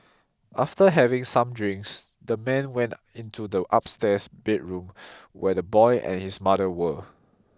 after having some drinks the man went into the upstairs bedroom where the boy and his mother were